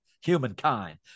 humankind